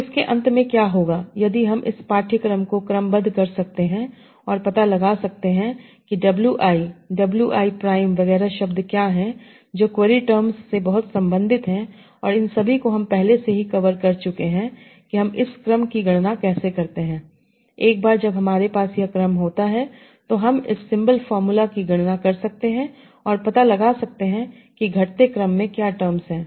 तो इसके अंत में क्या होगा यदि हम इन पाठ्यक्रम को क्रमबद्ध कर सकते हैं और पता लगा सकते हैं कि wi wi prime वगैरह शब्द क्या हैं जो क्वेरी टर्म्स से बहुत संबंधित हैं और इन सभी को हम पहले ही कवर कर चुके हैं कि हम इस क्रम की गणना कैसे करते हैं एक बार जब हमारे पास यह क्रम होता है तो हम इस सिंबल फार्मूला की गणना कर सकते हैं और पता लगा सकते हैं कि घटते क्रम में क्या टर्म्स हैं